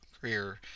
career